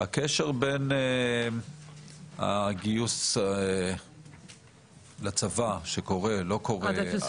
הקשר בין הגיוס לצבא שקורה או לא קורה.